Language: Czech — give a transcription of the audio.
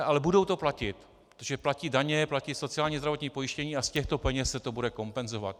Ale budou to platit, protože platí daně, platí sociální a zdravotní pojištění a z těchto peněz se to bude kompenzovat.